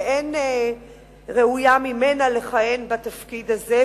שאין ראויה ממנה לכהן בתפקיד הזה,